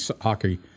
hockey